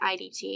IDT